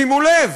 שימו לב,